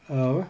err apa